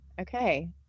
Okay